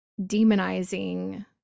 demonizing